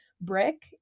Brick